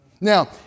Now